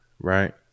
right